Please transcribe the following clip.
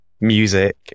music